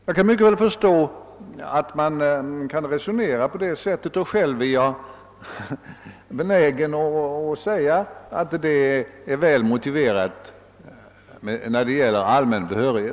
Jag kan väl förstå att man kan resonera på det sättet, och själv är jag benägen att säga att det är väl motiverat när det gäller allmän behörighet.